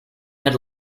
had